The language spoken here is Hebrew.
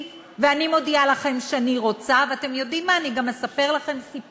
שאני מאוד מאוד אשמח לחזור ולפגוש אותם